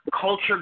culture